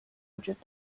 وجود